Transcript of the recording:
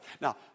Now